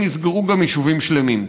יסגרו גם יישובים שלמים.